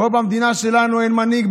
פה במדינה שלנו אין מנהיג,